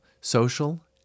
social